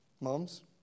Moms